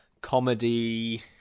Comedy